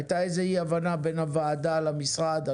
הייתה אי הבנה בין הוועדה למשרד.